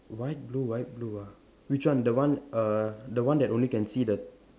white blue white blue ah which one the one err the one that only can see the